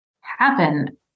happen